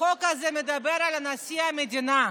החוק הזה מדבר על נשיא המדינה.